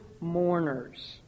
mourners